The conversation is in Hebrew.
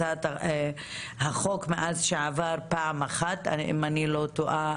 הצעת החוק מאז שעבר פעם אחת, אם אני לא טועה